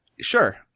Sure